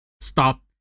stop